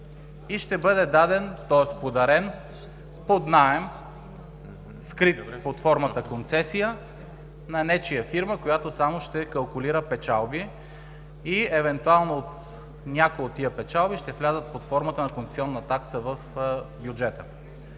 и ще бъде подарен под наем, скрит под формата концесия, на нечия фирма, която само ще калкулира печалби и евентуално някои от тия печалби ще влязат под формата на концесионна такса в бюджета.